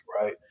right